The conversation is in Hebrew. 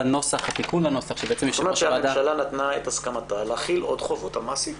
זה אומר שהממשלה נתנה את הסכמתה להחיל עוד חובות על מעסיק.